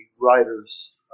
writer's